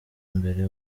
mbere